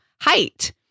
height